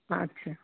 আচ্ছা